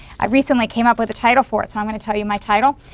i recently came up with a title for it so i'm going to tell you my title.